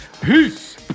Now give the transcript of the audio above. Peace